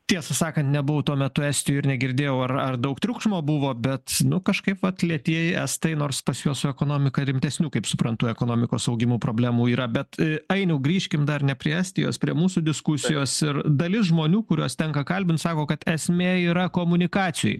tiesą sakant nebuvau tuo metu estijoj ir negirdėjau ar ar daug triukšmo buvo bet nu kažkaip vat lėtieji estai nors pas juos ekonomika rimtesnių kaip suprantu ekonomikos augimo problemų yra bet ainiau grįžkim dar ne prie estijos prie mūsų diskusijos ir dalis žmonių kuriuos tenka kalbint sako kad esmė yra komunikacijoj